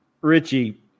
Richie